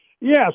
Yes